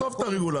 עזוב את הרגולציה.